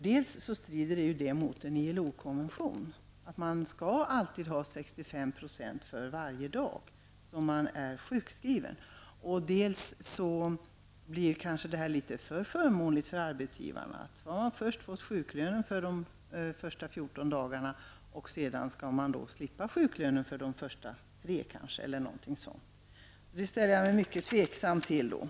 Dels strider det mot en ILO-konvention, som säger att man skall ha minst 65 % lön varje dag då man är sjukskriven, dels blir det kanske litet för förmånligt för arbetsgivarna. Man har först fått ersättning för sjuklönen för de första 14 dagarna, men skall sedan slippa denna under de första tre dagarna eller däromkring. Jag ställer mig mycket tveksam till det.